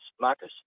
Marcus